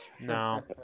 No